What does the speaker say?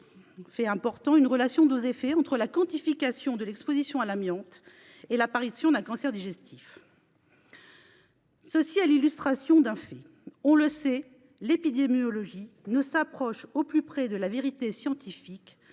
exposée et une relation dose-effets entre la quantification de l'exposition à l'amiante et l'apparition d'un cancer digestif. Cela illustre parfaitement un fait : l'épidémiologie ne s'approche au plus près de la vérité scientifique